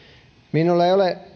minulla ei ole